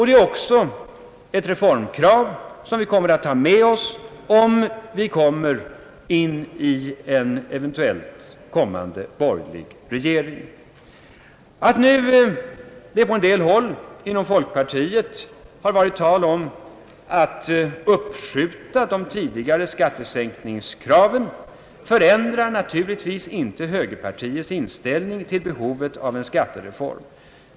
Det är också ett reformkrav som vi kommer att ta med oss, som vi kommer att driva i en eventuellt kommande borgerlig regering. Att det på en del håll inom folkpartiet varit tal om att uppskjuta de tidigare skattesänkningskraven förändrar naturligtvis inte högerpartiets inställning till behovet av en skattereform.